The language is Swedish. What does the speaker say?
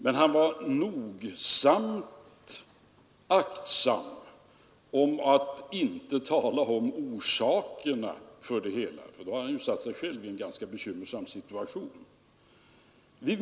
Men han aktade sig nogsamt för att nämna orsakerna till dem, för då hade han satt sig själv i en ganska bekymmersam situation.